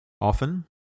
Often